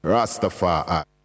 Rastafari